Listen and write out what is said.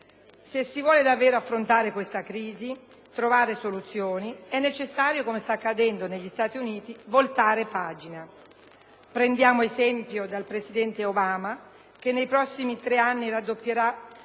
Se si vuole davvero affrontare questa crisi, e trovare soluzioni, è necessario, come sta accadendo negli Stati Uniti, voltare pagina. Prendiamo esempio dal presidente Obama, che nei prossimi tre anni raddoppierà